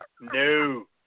No